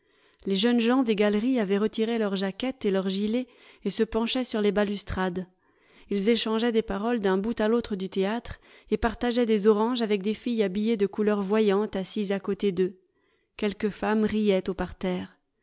les jeunes gens des galeries avaient retiré leurs jaquettes et leurs gilets et se penchaient sur les balustrades ils échangeaient des paroles d'un bout à l'autre du théâtre et partageaient des oranges avec des filles habillées de couleurs voyantes assises à côté d'eux quelques femmes riaient au parterre